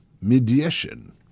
mediation